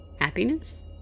Happiness